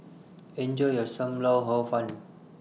Enjoy your SAM Lau Hor Fun